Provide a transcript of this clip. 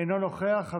אינו נוכח,